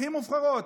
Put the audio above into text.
הכי מובחרות,